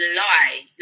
lie